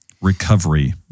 recovery